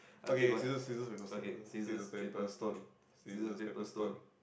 okay scissors scissors paper stone scissors paper stone scissors paper stone